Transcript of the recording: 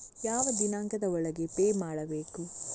ಯಾವ ದಿನಾಂಕದ ಒಳಗೆ ಪೇ ಮಾಡಬೇಕು?